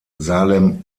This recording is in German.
salem